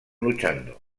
luchando